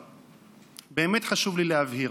באמת חשוב לי להבהיר: